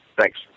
Thanks